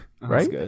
Right